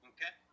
Okay